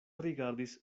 rigardis